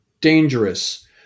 dangerous